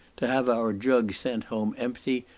to have our jug sent home empty,